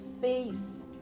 face